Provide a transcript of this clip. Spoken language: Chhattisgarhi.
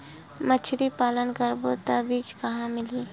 मछरी पालन करबो त बीज कहां मिलही?